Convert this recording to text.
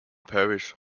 parish